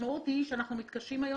המשמעות היא שאנחנו מתקשים היום.